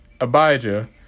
Abijah